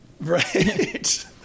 Right